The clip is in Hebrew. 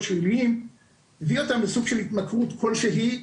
הביא אותם לסוג של התמכרות כלשהי.